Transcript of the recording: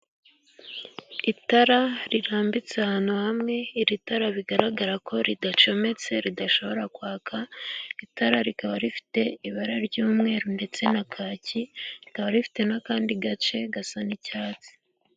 Itara rirambitse ahantu hamwe, iri tara bikaba bigaragara ko ridacometse ridashobora kwaka. Itara rikaba rifite ibara ry'umweru ndetse na kaki, rikaba rifite n'akandi gace gasa n'icyatsi.